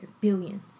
billions